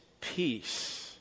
peace